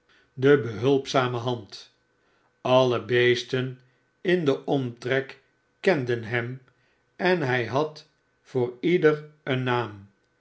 de behulpzame hand alle beesten in den omtrek kenden hem en hij had voor ieder een naam